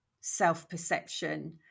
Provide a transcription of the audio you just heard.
self-perception